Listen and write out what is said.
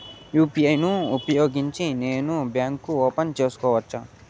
UPI ను ఉపయోగించి నేను బ్యాంకు ఓపెన్ సేసుకోవచ్చా?